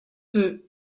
peux